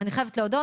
אני חייבת להודות,